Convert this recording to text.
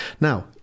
Now